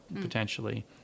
potentially